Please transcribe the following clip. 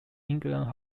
england